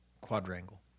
Quadrangle